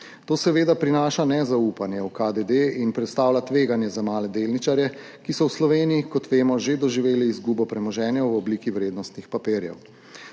To seveda prinaša nezaupanje v KDD in predstavlja tveganje za male delničarje, ki so v Sloveniji, kot vemo, že doživeli izgubo premoženja v obliki vrednostnih papirjev.